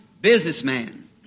businessman